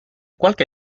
qualche